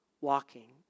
walking